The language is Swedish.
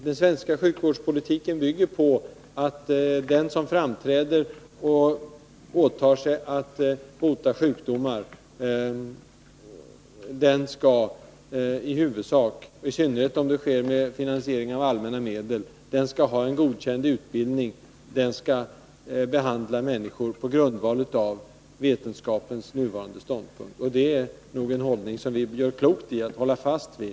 Den svenska sjukvårdspolitiken bygger på att den som framträder och åtar sig att bota sjukdomar skall — i synnerhet om det sker med finansiering av allmänna medel — ha en godkänd utbildning och behandla människor på grundval av vetenskapens nuvarande ståndpunkt. Det är en hållning som vi gör klokt i att hålla fast vid.